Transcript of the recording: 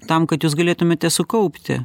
tam kad jūs galėtumėte sukaupti